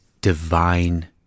divine